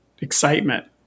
excitement